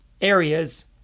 areas